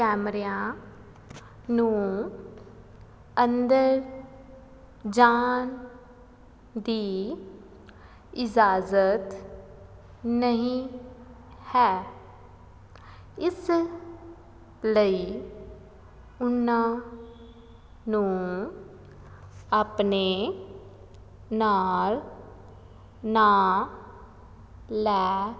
ਕੈਮਰਿਆਂ ਨੂੰ ਅੰਦਰ ਜਾਣ ਦੀ ਇਜਾਜ਼ਤ ਨਹੀਂ ਹੈ ਇਸ ਲਈ ਉਹਨਾਂ ਨੂੰ ਆਪਣੇ ਨਾਲ ਨਾ ਲੈ